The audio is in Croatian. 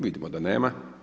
Vidimo da nema.